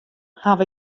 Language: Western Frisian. haw